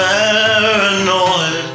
Paranoid